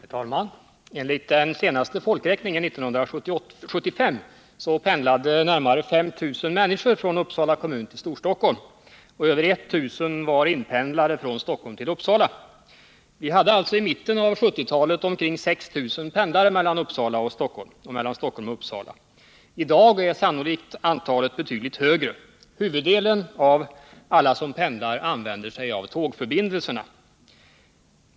Herr talman! Jag tackar kommunikationsministern för svaret på min fråga. Enligt senaste folkräkningen 1975 pendlade närmare 5 000 människor från Uppsala kommun till Storstockholm, och över 1000 var inpendlare från Stockholm till Uppsala. Vi hade alltså i mitten av 1970-talet omkring 6 000 som pendlade mellan Uppsala och Stockholm. I dag är antalet sannolikt betydligt högre. Huvuddelen av alla som pendlar använder sig av tågförbindelserna.